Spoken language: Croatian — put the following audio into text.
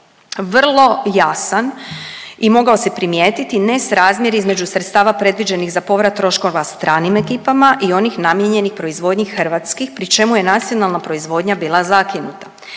vrlo jasan i mogao se primijetiti nesrazmjer između sredstava predviđenih za povrat troškova stranim ekipama i onih namijenjenih proizvodnji hrvatskih pri čemu je nacionalna proizvodnja bila zakinuta.